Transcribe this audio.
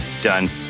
done